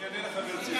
אני אענה לך ברצינות.